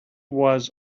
was